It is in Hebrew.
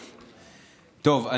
טוב,